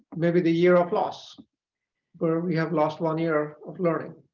may be the year of loss where we have lost one year of learning.